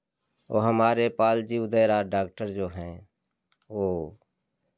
वह हमारे पाल जी उदय राज डाक्टर जो हैं वह